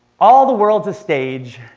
all the world's a stage,